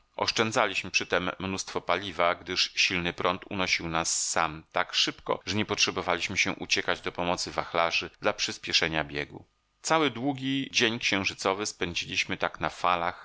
morza oszczędzaliśmy przytem mnóstwo paliwa gdyż silny prąd unosił nas sam tak szybko że nie potrzebowaliśmy się uciekać do pomocy wachlarzy dla przyspieszenia biegu cały długi dzień księżycowy spędziliśmy tak na falach